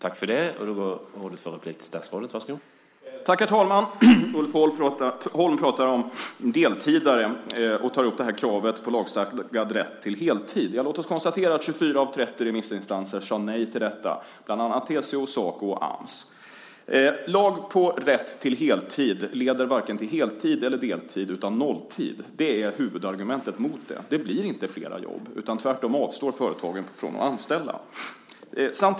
Herr talman! Ulf Holm pratar om deltidare och tar upp kravet på lagstadgad rätt till heltid. Låt oss konstatera att 24 remissinstanser av 30 sade nej till detta, bland annat TCO, Saco och Ams. Lag på rätt till heltid leder varken till heltid eller deltid, utan till nolltid. Det är huvudargumentet mot det. Det blir inte flera jobb. Tvärtom. Företagen avstår från att anställa.